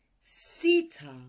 sita